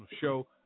show